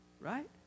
Right